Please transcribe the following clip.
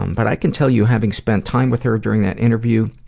um but i can tell you having spent time with her during that interview,